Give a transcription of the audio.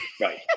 right